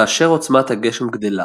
כאשר עוצמת הגשם גדלה